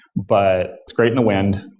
but it's great in the wind.